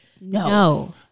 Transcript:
No